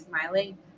smiling